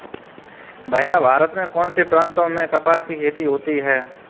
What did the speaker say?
भैया भारत के कौन से प्रांतों में कपास की खेती होती है?